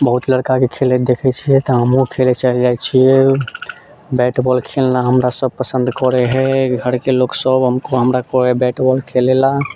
बहुत लड़काके खेलैत देखैत छियै तऽ हमहुँ खेले चलि जाइत छियै बैट बॉल खेलना हमरा सब पसंद करे हय घरके लोकसब हमरा कहै हय बैट बॉल खेले ला